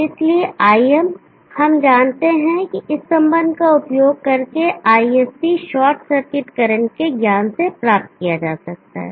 इसलिए Im हम जानते हैं कि इस संबंध का उपयोग करके ISC शॉर्ट सर्किट करंट के ज्ञान से प्राप्त किया जा सकता है